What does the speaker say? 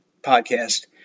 podcast